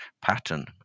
pattern